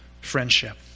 friendship